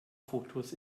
fotos